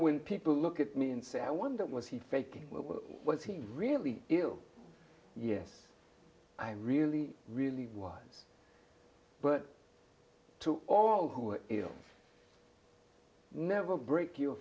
when people look at me and say i wonder what was he faking was he really ill yes i really really was but to all who are ill never break your